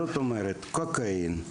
זאת אומרת, קוקאין,